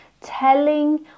telling